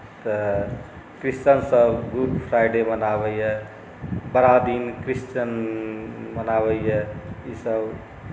तऽ क्रिश्चनसभ Good Friday मनाबैए बड़ा दिन क्रिश्चन मनाबैए ईसभ